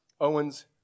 Owen's